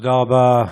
תודה רבה,